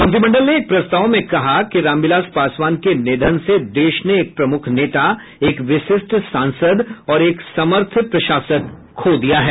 मंत्रिमंडल ने एक प्रस्ताव में कहा कि रामविलास पासवान के निधन से देश ने एक प्रमुख नेता एक विशिष्ट सांसद और एक समर्थ प्रशासक खो दिया है